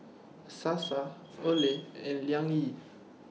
Sasa Olay and Liang Yi